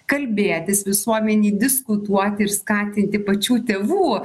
kalbėtis visuomenei diskutuoti ir skatinti pačių tėvų